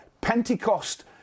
Pentecost